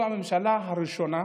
זו הממשלה הראשונה,